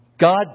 God